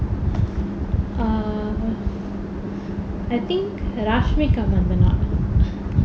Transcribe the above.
err I think rashmika mandana